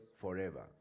forever